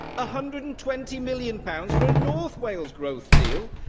ah hundred and twenty million pounds for a north wales growth deal,